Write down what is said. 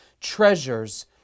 treasures